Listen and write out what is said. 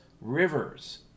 Rivers